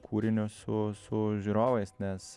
kūriniu su su žiūrovais nes